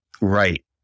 Right